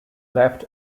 left